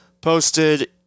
posted